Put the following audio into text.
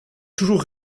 toujours